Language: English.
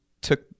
took